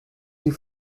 sie